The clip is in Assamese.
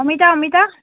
অমিতা অমিতা